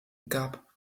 gab